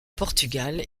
portugal